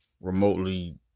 remotely